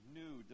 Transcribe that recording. new